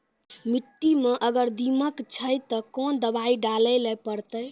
मिट्टी मे अगर दीमक छै ते कोंन दवाई डाले ले परतय?